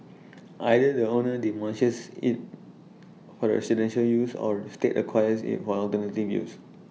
either the owner demolishes IT for residential use or state acquires IT for alternative use